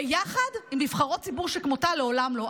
ביחד עם נבחרות ציבור שכמותה, לעולם לא.